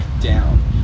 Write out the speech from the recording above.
down